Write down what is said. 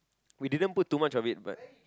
we didn't put too much of it but